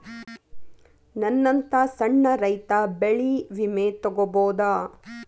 ನನ್ನಂತಾ ಸಣ್ಣ ರೈತ ಬೆಳಿ ವಿಮೆ ತೊಗೊಬೋದ?